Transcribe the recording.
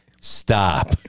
stop